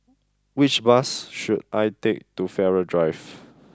which bus should I take to Farrer Drive